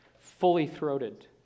fully-throated